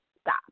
stop